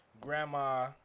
grandma